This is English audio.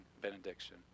benediction